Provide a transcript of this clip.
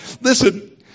Listen